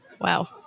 Wow